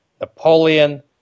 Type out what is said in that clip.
Napoleon